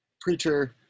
preacher